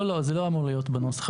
לא זה לא צריך להיות בנוסח,